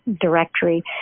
directory